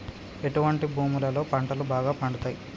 ఎటువంటి భూములలో పంటలు బాగా పండుతయ్?